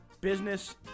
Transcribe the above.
business